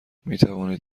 میتوانید